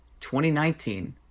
2019